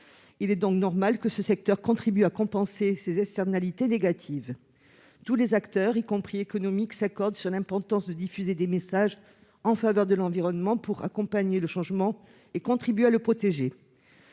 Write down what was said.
Il est donc normal que ce secteur contribue à compenser ses externalités négatives. Tous les acteurs, y compris économiques, s'accordent sur l'importance de diffuser des messages en faveur de la protection de l'environnement et pour accompagner le changement. Le produit de cette